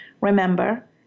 remember